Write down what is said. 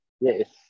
yes